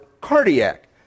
cardiac